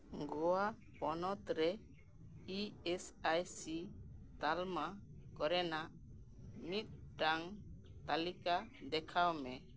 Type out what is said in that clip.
ᱜᱳᱣᱟ ᱯᱚᱱᱚᱛ ᱨᱮ E S I C ᱛᱟᱞᱢᱟ ᱠᱚᱨᱮᱱᱟᱜ ᱢᱤᱫᱴᱟᱝ ᱛᱟᱞᱤᱠᱟ ᱫᱮᱠᱷᱟᱣ ᱢᱮ